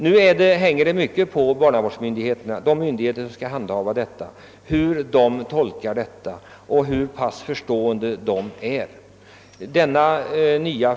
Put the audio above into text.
Nu hänger lagtolkningen mycket på barnavårdsmyndigheterna och deras grannlaga sätt att handlägga förrättningen.